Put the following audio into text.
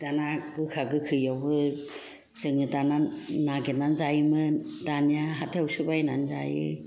दाना गोखा गोखैयावबो जोङो दाना नागिरनानै जायोमोन दानिया हाथायावसो बायनानै जायो